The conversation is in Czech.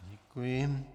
Děkuji.